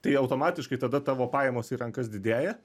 tai automatiškai tada tavo pajamos į rankas didėja